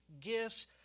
gifts